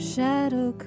Shadow